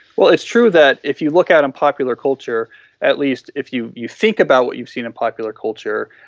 well, it's true that if you look out on popular culture at least if you you think about what you've seen in popular culture,